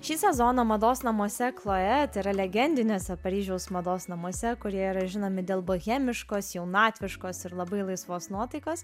šį sezoną mados namuose chloe tai yra legendiniuose paryžiaus mados namuose kurie yra žinomi dėl bohemiškos jaunatviškos ir labai laisvos nuotaikos